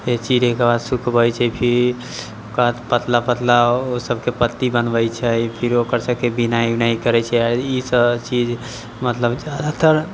चिरैके बाद सुखबै छै फिर ओकरा पतला पतला ओ सबके पत्ती बनबै छै फिर ओकर सबके बिनाइ उनाइ करै छियै ई सब चीज मतलब जादातर